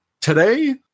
today